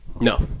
No